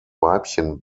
weibchen